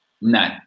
No